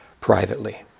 privately